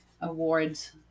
awards